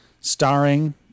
starring